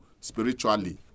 spiritually